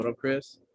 chris